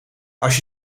als